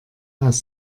aus